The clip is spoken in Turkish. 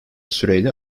süreyle